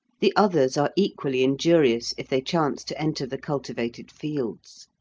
the others are equally injurious if they chance to enter the cultivated fields.